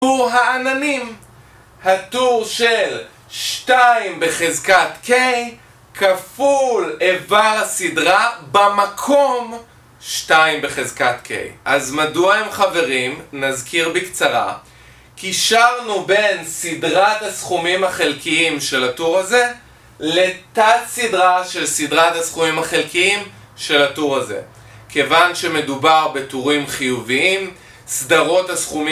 טור העננים, הטור של 2 בחזקת K כפול איבר הסדרה במקום 2 בחזקת K. אז מדוע הם חברים? נזכיר בקצרה: קישרנו בין סדרת הסכומים החלקיים של הטור הזה לתת סדרה של סדרת הסכומים החלקיים של הטור הזה. כיוון שמדובר בטורים חיוביים, סדרות הסכומים